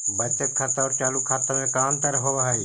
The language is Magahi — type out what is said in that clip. बचत खाता और चालु खाता में का अंतर होव हइ?